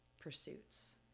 pursuits